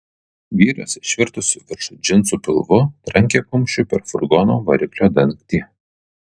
vyras išvirtusiu virš džinsų pilvu trankė kumščiu per furgono variklio dangtį